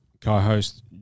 co-host